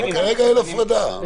כרגע אין הפרדה.